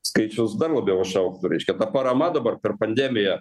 skaičius dar labiau išaugtų reiškia ta parama dabar per pandemiją